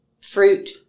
fruit